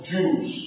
Jews